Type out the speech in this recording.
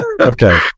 okay